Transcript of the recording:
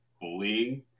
bullying